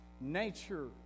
Nature